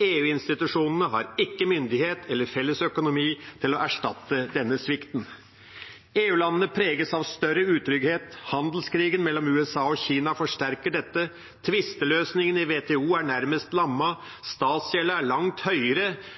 EU-institusjonene har ikke myndighet eller fellesøkonomi til å erstatte denne svikten. EU-landene preges av større utrygghet. Handelskrigen mellom USA og Kina forsterker dette. Tvisteløsningene i WTO er nærmest